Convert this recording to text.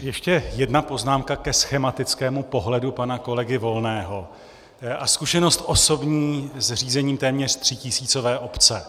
Ještě jedna poznámka ke schematickému pohledu pana kolegy Volného a zkušenost osobní z řízení téměř třítisícové obce.